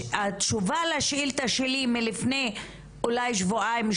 התשובה לשאילתה שלי היא מלפני אולי שבועיים,